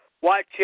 Watch